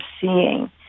seeing